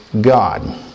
God